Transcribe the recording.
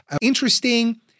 interesting